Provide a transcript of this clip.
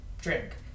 drink